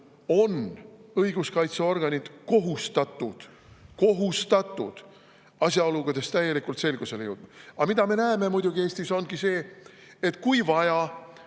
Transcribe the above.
on õiguskaitseorganid kohustatud – kohustatud! – asjaoludes täielikult selgusele jõudma. Aga muidugi me näeme Eestis seda, et kui vaja